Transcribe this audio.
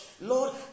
Lord